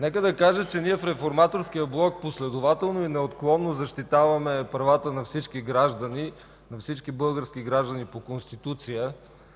Нека да кажа, че ние Реформаторският блок последователно и неотклонно защитаваме правата на всички български граждани по Конституция.